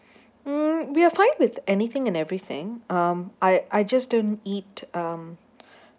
um we are fine with anything and everything um I I just don't eat um